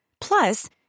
Plus